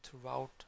throughout